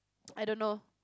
I don't know